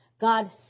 God